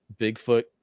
bigfoot